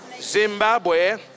Zimbabwe